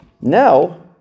Now